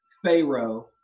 Pharaoh